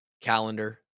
calendar